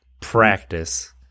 Practice